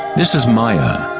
this is maya,